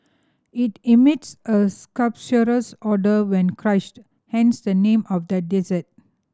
it emits a sulphurous odour when crushed hence the name of the dessert